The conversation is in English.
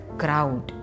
crowd